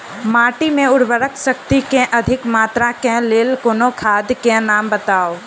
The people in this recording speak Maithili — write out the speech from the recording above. माटि मे उर्वरक शक्ति केँ अधिक मात्रा केँ लेल कोनो खाद केँ नाम बताऊ?